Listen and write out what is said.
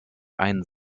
ein